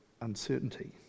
uncertainty